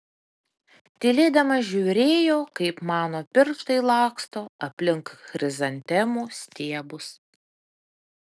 tylėdama žiūrėjo kaip mano pirštai laksto aplink chrizantemų stiebus